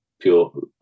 pure